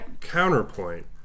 counterpoint